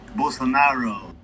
Bolsonaro